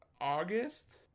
August